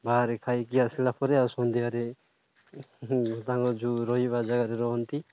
ବାହାରେ ଖାଇକି ଆସିଲା ପରେ ଆଉ ସନ୍ଧ୍ୟାରେ ତାଙ୍କ ଯେଉଁ ରହିବା ଜାଗାରେ ରହନ୍ତି